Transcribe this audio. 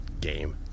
game